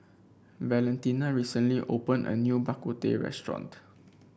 Valentina recently opened a new Bak Kut Teh restaurant